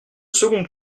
second